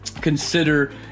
consider